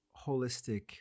holistic